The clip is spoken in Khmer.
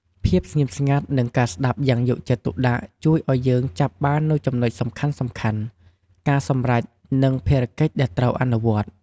ភាពស្ងៀមស្ងាត់ និងការស្តាប់យ៉ាងយកចិត្តទុកដាក់ជួយឲ្យយើងចាប់បាននូវចំណុចសំខាន់ៗ ការសម្រេច និងភារកិច្ចដែលត្រូវអនុវត្ត។